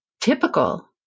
typical